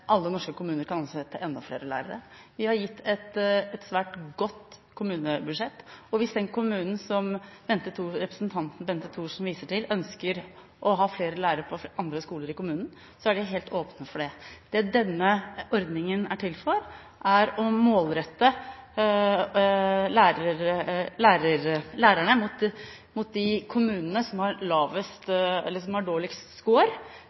alle norske kommuner tar ansvar for enda flere lærere. Vi har gitt et svært godt kommunebudsjett, og hvis den kommunen som representanten Bente Thorsen viser til, ønsker å ha flere lærere på andre skoler i kommunen, er vi helt åpne for det. Det denne ordningen er til for, er å målrette lærerne mot de kommunene som har dårligst